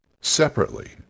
separately